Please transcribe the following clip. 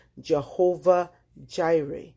Jehovah-Jireh